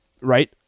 Right